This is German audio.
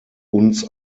uns